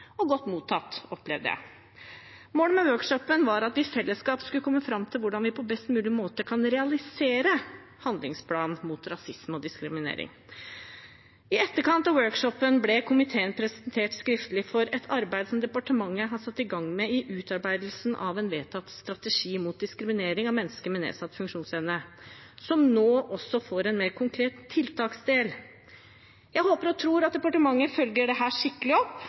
og godt mottatt, opplevde jeg. Målet med workshopen var at vi i fellesskap skulle komme fram til hvordan vi på best mulig måte kan realisere en handlingsplan mot rasisme og diskriminering. I etterkant av workshopen ble komiteen presentert skriftlig for et arbeid som departementet har satt i gang i forbindelse med utarbeidelsen av en vedtatt strategi mot diskriminering av mennesker med nedsatt funksjonsevne, som nå også får en mer konkret tiltaksdel. Jeg håper og tror at departementet følger dette skikkelig opp,